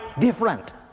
different